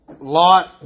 Lot